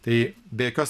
tai be jokios